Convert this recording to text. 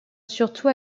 surtout